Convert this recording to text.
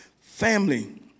family